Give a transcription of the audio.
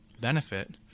benefit